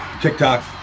TikTok